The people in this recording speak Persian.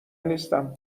نیستم